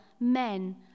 men